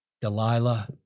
Delilah